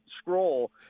scroll